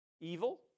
evil